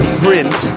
print